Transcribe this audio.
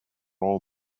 all